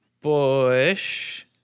Bush